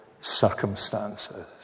circumstances